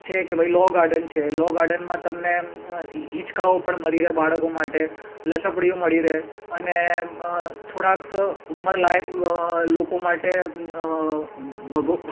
છે કે ભઇ લો ગાર્ડન છે લો ગાર્ડનમાં તમને હિંચકાઓ પણ મળી રહે બાળકો માટે લપસણીઓ મળી રહે અને થોડાંક ઉમરલાયક લોકો માટે